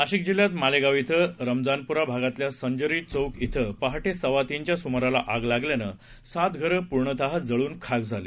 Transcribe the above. नाशिक जिल्ह्यात मालेगाव इथं रमजानप्रा भागातल्या संजरी चौक इथं पहाटे सव्वा तीनच्या स्माराला आग लागल्यानं सात घरं पूर्णतः जळून खाक झाली